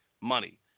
Money